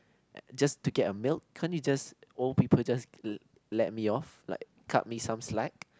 just to get a milk can't you just old people just let let me off like cut me some slack